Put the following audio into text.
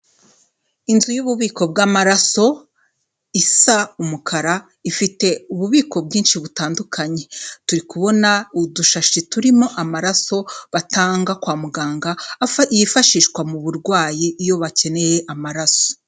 Inzu yububiko bw'amaraso isa umukara, ifite ububiko bwinshi butandukanye; turi kubona udushashi turimo amaraso batanga kwa muganga, yifashishwa mu burwayi, iyo bakeneye amaraso.